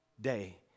day